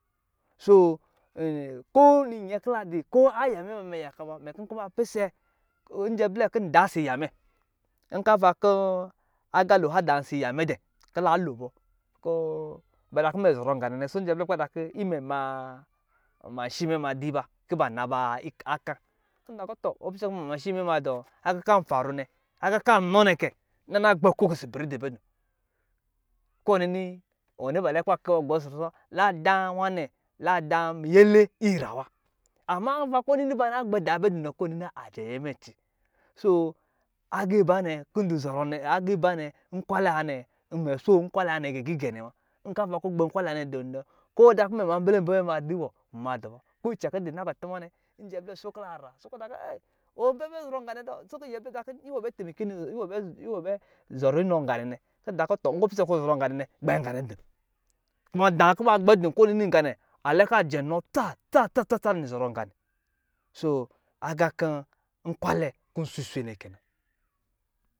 So ko aya mɛ ba mɛ yaka ba mɛ kɔ nkɔ ba plsɛ njɛ blɛ kɔ nda asi aya mɛ kɔ ijɛ blɛ bɔ ta kɔ imɛ ma mashi mɛ madi ba ki ba naba aka kɔ mɛ ta kɔ tɔ kɔ nma mashi mɛ ma dɔ aga kc faro nɛ aga ka nɔ nɛ na gbɛ kok bɛ dun kɔ nini ba cɛ kɔ ba kɛ gbɔ ɔsɔ rusɔ lada nwa nɛ lada miyele irawa ama ara kɔ ba na jbɛ da di kɔ ɔnini kajɛ ayɛ mɛ ci so aga ba ni kɔ ndu zɔrɔ nɛ mɛ so nkwalɛ wanɛ gigigɛwa nkɔ ɔ gbɛ nkwalɛ nwanɛ du lɛ ko ɔta kɔ mɛ ma mbɛ li bɔ mɛ du wɔ nma dɔ wa cɛn kɔ ndu nakutun a nɛ njɛblɛ jokɔ la sokɔ nyɛblɛ atakɔ iwɔ bɛ temeki inɔ iwɔ bɛ zɔrɔ inɔ nganɛnɛ kɔ inta ki tɔ ɔpisɛ kɔ inta ki tɔ ɔpisɛ kɔ nzɔrɔ nganɛnɛ gbɛ nganɛ din kuma da kuba gbɛ di kɔ nini nga nɛ alɛ ka sɛn ni tsatsa tsa so aga kɔ nkwalɛ kɔ nso iswe nɛkɛ na.